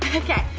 okay,